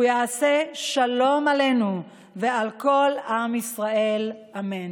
הוא יעשה שלום עלינו ועל כל עם ישראל, אמן.